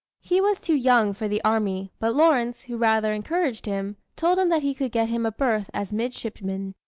he was too young for the army, but lawrence, who rather encouraged him, told him that he could get him a berth as midshipman.